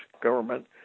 government